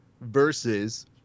versus